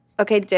Okay